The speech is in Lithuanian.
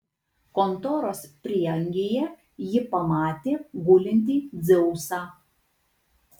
kontoros prieangyje ji pamatė gulintį dzeusą